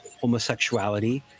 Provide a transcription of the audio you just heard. homosexuality